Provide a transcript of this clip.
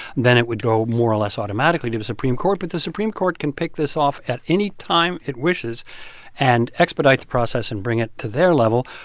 then it would go more or less automatically to the supreme court. but the supreme court can pick this off at any time it wishes and expedite the process and bring it to their level.